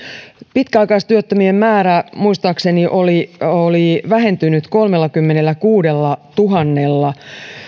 pitkäaikaistyöttömien määrä muistaakseni oli oli vähentynyt kolmellakymmenelläkuudellatuhannella